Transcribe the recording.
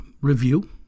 review